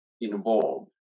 involved